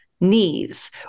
knees